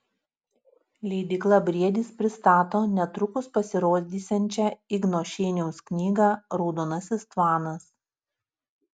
leidykla briedis pristato netrukus pasirodysiančią igno šeiniaus knygą raudonasis tvanas